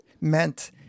meant